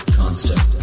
constant